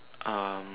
um